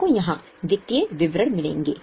आपको यहाँ वित्तीय विवरण मिलेंगे